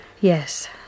Yes